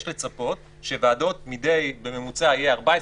יש לצפות שבוועדות בממוצע כל 14,